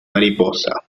mariposa